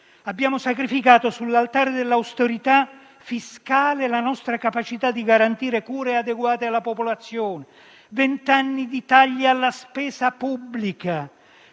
abbiamo sacrificato sull'altare della austerità fiscale la nostra capacità di garantire cure adeguate alla popolazione; vent'anni di tagli alla spesa pubblica